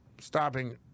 stopping